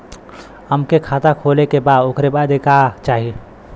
हमके खाता खोले के बा ओकरे बादे का चाही?